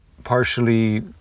partially